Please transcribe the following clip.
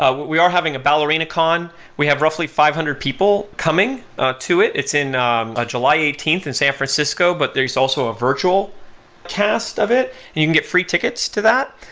ah but we are having a ballerinacon. we have roughly five hundred people coming to it. it's in um july eighteenth in san francisco, but there's also a virtual test of it, and you can get free tickets to that.